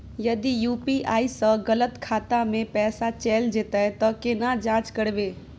यदि यु.पी.आई स गलत खाता मे पैसा चैल जेतै त केना जाँच करबे?